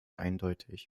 eindeutig